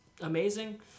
amazing